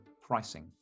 pricing